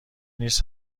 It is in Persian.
نیست